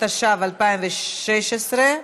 התשע"ו 2016,